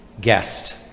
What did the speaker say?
guest